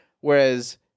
whereas